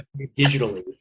digitally